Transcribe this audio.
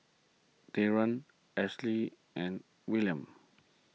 Taren Ashlee and Williams